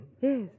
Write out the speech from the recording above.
Yes